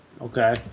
Okay